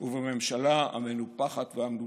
ובממשלה המנופחת והמנותקת.